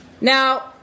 Now